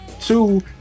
Two